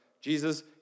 Jesus